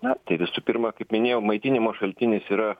na tai visų pirma kaip minėjau maitinimo šaltinis yra